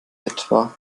etwa